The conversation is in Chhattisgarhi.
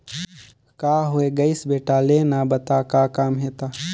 का होये गइस बेटा लेना बता का काम हे त